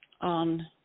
on